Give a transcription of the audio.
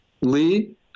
Lee